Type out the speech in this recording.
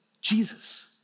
Jesus